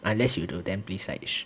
unless you do then please side each